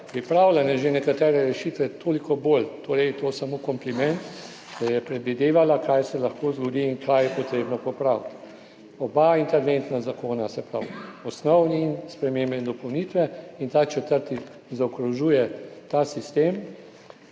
pripravljene že nekatere rešitve, toliko bolj, torej je to samo kompliment, je predvidevala, kaj se lahko zgodi in kaj je potrebno popraviti. Oba interventna zakona, se pravi osnovni in spremembe in dopolnitve, in ta četrti zaokrožujejo ta sistem,